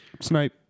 snipe